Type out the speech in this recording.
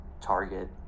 target